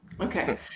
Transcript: okay